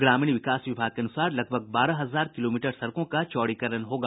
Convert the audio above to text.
ग्रामीण विभाग विकास के अनुसार लगभग बारह हजार किलोमीटर सड़कों का चौड़ीकरण होगा